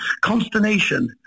consternation